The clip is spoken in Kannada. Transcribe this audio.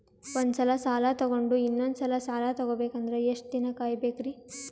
ಒಂದ್ಸಲ ಸಾಲ ತಗೊಂಡು ಇನ್ನೊಂದ್ ಸಲ ಸಾಲ ತಗೊಬೇಕಂದ್ರೆ ಎಷ್ಟ್ ದಿನ ಕಾಯ್ಬೇಕ್ರಿ?